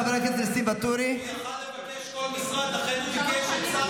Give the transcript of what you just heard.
חברת הכנסת, חבל שאת לא מתייחסת למה שאומרים לך.